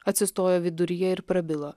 atsistojo viduryje ir prabilo